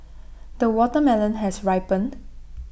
the watermelon has ripened